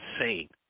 insane